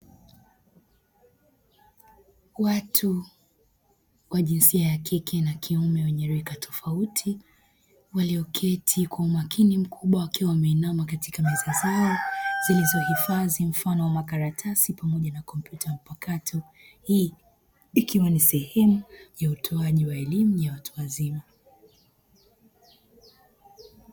Watu wa jinsia ya kike na kiume wenye rika tofauti walioketi kwa umakini mkubwa wakiwa wameinama katika meza zao zilizo hifadhi mfano wa makaratasi pamoja na kompyuta mpakato. Hii ikiwa ni sehemu ya utoaji wa elimu ya watu wazima.